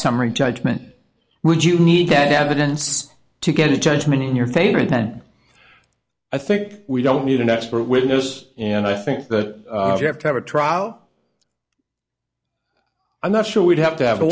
summary judgment would you need an evidence to get a judgment in your favor and then i think we don't need an expert witness and i think that you have to have a trial i'm not sure we'd have to have a